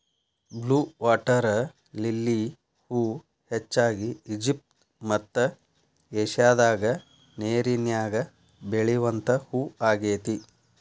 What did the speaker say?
blue water lily ಹೂ ಹೆಚ್ಚಾಗಿ Egypt ಮತ್ತ ಏಷ್ಯಾದಾಗ ನೇರಿನ್ಯಾಗ ಬೆಳಿವಂತ ಹೂ ಆಗೇತಿ